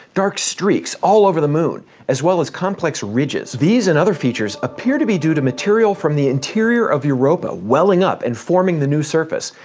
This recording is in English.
dark streaks all over the moon, as well as complex ridges. these and other features appear to be due to material from the interior of europa welling up and forming the new surface,